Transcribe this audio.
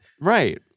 Right